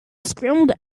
scrambled